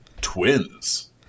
Twins